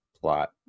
plot